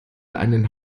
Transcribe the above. einen